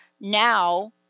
now